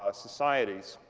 ah societies,